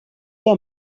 der